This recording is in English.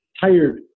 tired